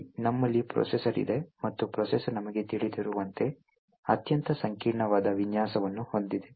ಕೇಳಿ ನಮ್ಮಲ್ಲಿ ಪ್ರೊಸೆಸರ್ ಇದೆ ಮತ್ತು ಪ್ರೊಸೆಸರ್ ನಮಗೆ ತಿಳಿದಿರುವಂತೆ ಅತ್ಯಂತ ಸಂಕೀರ್ಣವಾದ ವಿನ್ಯಾಸವನ್ನು ಹೊಂದಿದೆ